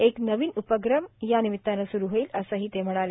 एक नवीन उपक्रम यानिमित सुरू होईल असेही ते म्हणाले